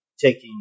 taking